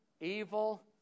evil